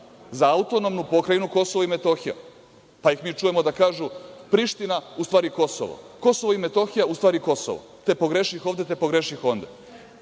za šta, za AP Kosovo i Metohija, pa ih mi čujemo da kažu – Priština, u stvari Kosovo, Kosovo i Metohija, u stvari Kosovo. Te pogreših ovde, te pogreših onde.